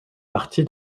partie